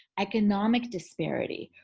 economic disparity,